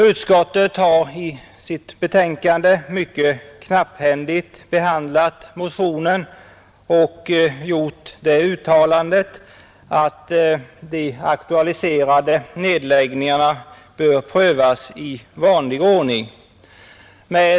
Utskottet har i sitt betänkande behandlat motionen mycket knapphändigt och uttalat att de aktualiserade nedläggningarna bör prövas i vanlig ordning.